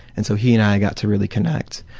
and so he and i got to really connect.